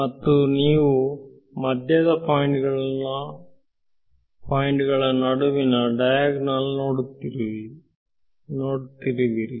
ಮತ್ತು ನೀವು ಮಧ್ಯದ ಪಾಯಿಂಟ್ ಗಳ ನಡುವಿನ ಡಯಾಗನಲ್ ನೋಡುತ್ತಿರುವಿರಿ